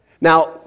Now